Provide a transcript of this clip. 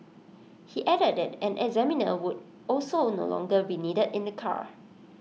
he added that an examiner would also no longer be needed in the car